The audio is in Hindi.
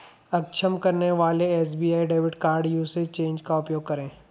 अक्षम करने वाले SBI debit card usage change का उपयोग करें